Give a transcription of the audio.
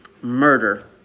murder